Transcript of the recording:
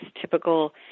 typical